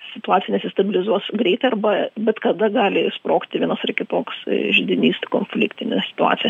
situacija nesistabilizuos greit arba bet kada gali išsprogti vienoks ar kitoks židinys konfliktinė situacija